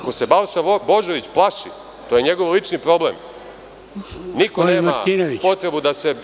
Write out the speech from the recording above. Ako se Balša Božović plaši, to je njegov lični problem, niko nema potrebu da se…